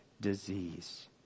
disease